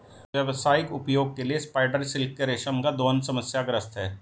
व्यावसायिक उपयोग के लिए स्पाइडर सिल्क के रेशम का दोहन समस्याग्रस्त है